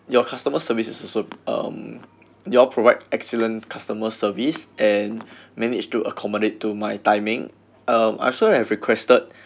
your customer service is also um y'all provide excellent customer service and managed to accommodate to my timing um I also have requested